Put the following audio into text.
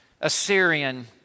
Assyrian